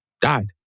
died